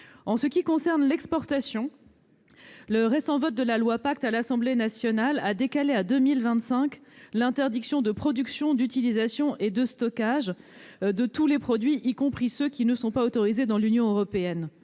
En ce qui concerne l'exportation, le récent vote de la loi Pacte à l'Assemblée nationale a décalé à 2025 l'interdiction de production, d'utilisation et de stockage de tous les produits, y compris ceux qui ne sont pas autorisés dans l'Union européenne.